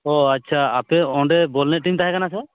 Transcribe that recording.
ᱚ ᱟᱪᱪᱷᱟ ᱟᱯᱮ ᱚᱸᱰᱮ ᱵᱚᱞ ᱮᱱᱮᱡ ᱛᱟᱦᱮᱸ ᱠᱟᱱᱟ ᱥᱮ